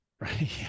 Right